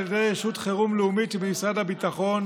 ידי רשות החירום הלאומית שבמשרד הביטחון